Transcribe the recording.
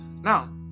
Now